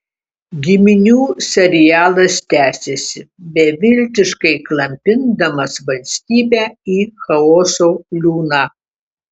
giminių serialas tęsiasi beviltiškai klampindamas valstybę į chaoso liūną